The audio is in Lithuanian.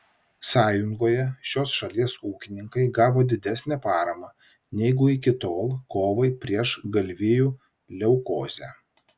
sąjungoje šios šalies ūkininkai gavo didesnę paramą negu iki tol kovai prieš galvijų leukozę